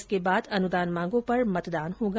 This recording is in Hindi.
इसके बाद अनुदान मांगों पर मतदान होगा